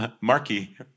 Marky